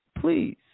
please